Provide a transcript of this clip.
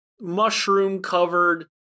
mushroom-covered